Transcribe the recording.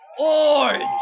ORANGE